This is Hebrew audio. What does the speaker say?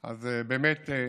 יש ערבות הדדית.